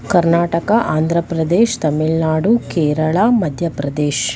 Karnataka Andhra Pradesh Tamil Nadu Kerala Madhya Pradesh